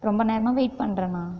ரொம்ப நேரமாக வெயிட் பண்ணுற அண்ணா